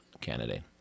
candidate